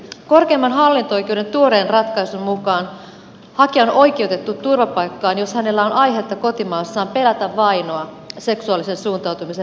korkeimman hallinto oikeuden tuoreen ratkaisun mukaan hakija on oikeutettu turvapaikkaan jos hänellä on aihetta kotimaassaan pelätä vainoa seksuaalisen suuntautumisen perusteella